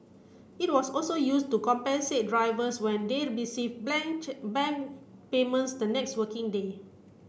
it was also used to compensate drivers when they received bank payments the next working day